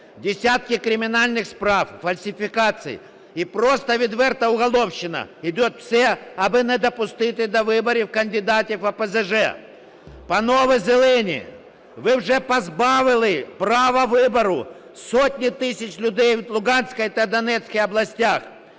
Десятки кримінальних справ, фальсифікацій і просто відверта "уголовщина" – йде все, аби не допустити до виборів кандидатів ОПЗЖ. Панове "зелені", ви вже позбавили права вибору сотні тисяч людей в Луганській та Донецькій областях,